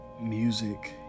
music